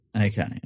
Okay